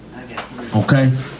Okay